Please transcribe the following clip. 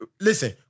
Listen